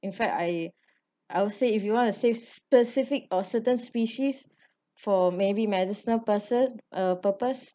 in fact I I would say if you want to save specific or certain species for maybe medicinal purset~ uh purpose